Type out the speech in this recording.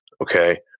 okay